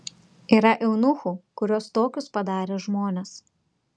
yra eunuchų kuriuos tokius padarė žmonės